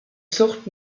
zucht